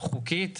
היא חוקית,